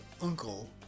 uncle